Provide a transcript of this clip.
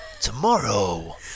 Tomorrow